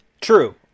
True